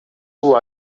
бул